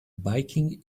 biking